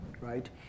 right